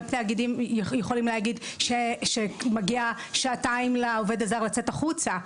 תאגידים יכולים להגיד שמגיעות שעתיים לעובד הזר לצאת החוצה,